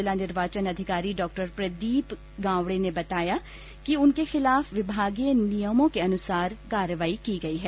जिला निर्वाचन अधिकारी डॉ प्रदीप के गावंडे ने बताया कि उनके खिलाफ विभागीय नियमों के अनुसार कार्रवाही की गई है